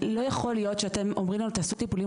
לא יכול להיות שאתם אומרים לנו תעשו טיפולים